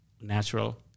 natural